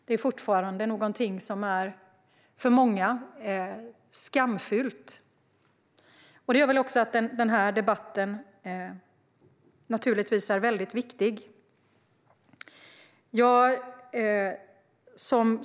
Det är fortfarande någonting som för många är skamfullt. Det gör också att den här debatten naturligtvis är väldigt viktig.